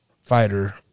fighter